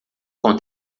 com